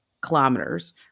kilometers